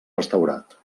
restaurat